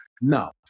No